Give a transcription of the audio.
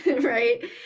right